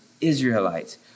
Israelites